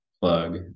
plug